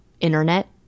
internet